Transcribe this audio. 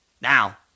Now